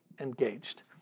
engaged